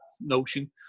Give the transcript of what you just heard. notion